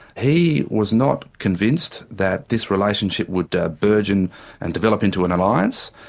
he was not convinced that this relationship would ah burgeon and develop into an alliance,